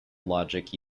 logic